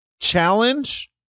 challenge